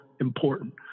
important